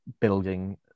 building